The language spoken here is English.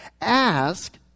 Ask